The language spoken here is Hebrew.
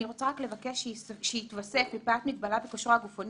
אני רוצה לבקש שלאחר האמור "מפאת מגבלה וכושרו הגופני,